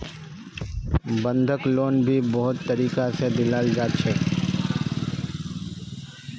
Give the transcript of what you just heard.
बंधक लोन भी बहुत तरीका से दियाल जा छे